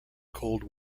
cold